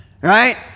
right